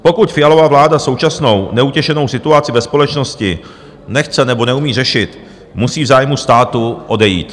Pokud Fialova vláda současnou neutěšenou situaci ve společnosti nechce nebo neumí řešit, musí v zájmu státu odejít.